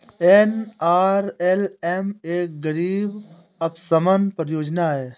NRLM एक गरीबी उपशमन परियोजना है